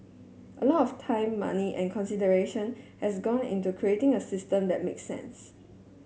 a lot of time money and consideration has gone into creating a system that make sense